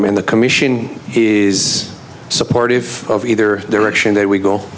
in the commission is supportive of either direction that we go